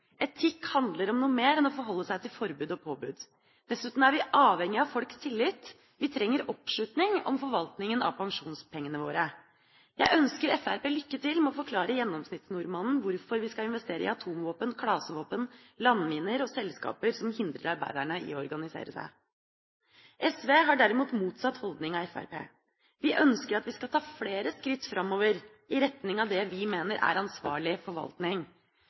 Etikk handler om noe mer enn å forholde seg til forbud og påbud. Dessuten er vi avhengig av folks tillit. Vi trenger oppslutning om forvaltninga av pensjonspengene våre. Jeg ønsker Fremskrittspartiet lykke til med å forklare gjennomsnittsnordmannen hvorfor vi skal investere i atomvåpen, klasevåpen, landminer og selskaper som hindrer arbeiderne i å organisere seg. SV har motsatt holdning av Fremskrittspartiet. Vi ønsker at vi skal ta flere skritt framover i retning av det vi mener er ansvarlig forvaltning.